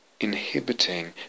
inhibiting